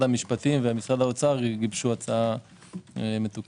המפשטים ומשרד האוצר גיבשו הצעה מתוקנת.